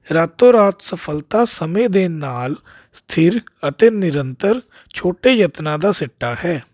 ਰਾਤੋ ਰਾਤ ਸਫਲਤਾ ਸਮੇਂ ਦੇ ਨਾਲ ਸਥਿਰ ਅਤੇ ਨਿਰੰਤਰ ਛੋਟੇ ਯਤਨਾਂ ਦਾ ਸਿੱਟਾ ਹੈ